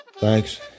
Thanks